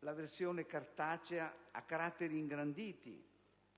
la versione cartacea a caratteri ingranditi